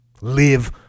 Live